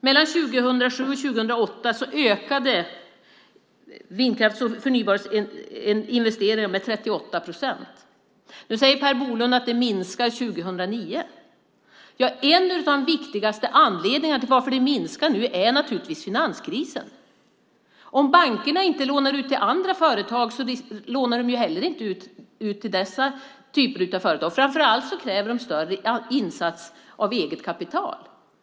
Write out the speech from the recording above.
Mellan 2007 och 2008 ökade investeringarna i vindkraft och förnybar energi med 38 procent. Nu säger Per Bolund att det minskade 2009. Ja, en av de viktigaste anledningarna till att det nu minskar är naturligtvis finanskrisen. Om bankerna inte lånar ut till andra företag lånar de heller inte ut till dessa typer av företag. Framför allt kräver de större insats av eget kapital.